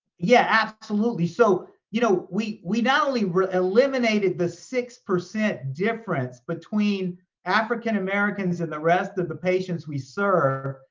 yeah, absolutely. so you know we we not only eliminated the six percent difference between african americans and the rest of the patients we serve,